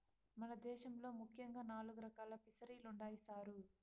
మన దేశంలో ముఖ్యంగా నాలుగు రకాలు ఫిసరీలుండాయి సారు